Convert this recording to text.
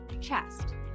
chest